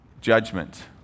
judgment